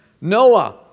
Noah